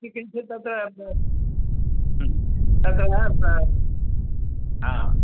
इति किञ्चित् तत्र तत्र हा